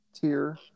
tier